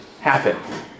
happen